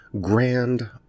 grand